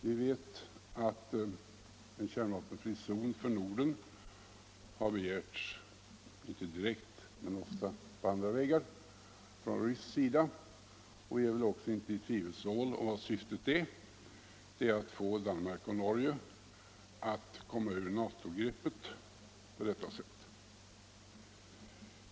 Vi vet att en kärnvapenfri zon för Norden har begärts — inte direkt men ofta på andra vägar — från rysk sida, och vi är väl heller inte i tvivelsmål om syftet. Det är att få Danmark och Norge att komma ur NATO-greppet.